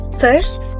First